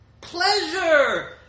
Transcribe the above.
Pleasure